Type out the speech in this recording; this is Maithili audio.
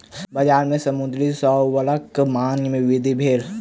बजार में समुद्री सीवरक मांग में वृद्धि भेल